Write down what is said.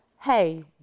Hey